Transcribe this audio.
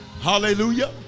Hallelujah